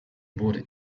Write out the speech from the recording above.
wurde